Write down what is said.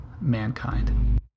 mankind